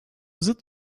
zıt